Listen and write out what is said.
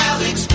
Alex